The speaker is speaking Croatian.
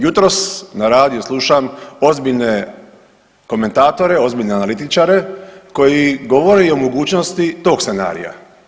Jutros na radiju slušam ozbiljne komentatore, ozbiljne analitičare koji govore i o mogućnosti tog scenarija.